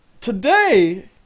today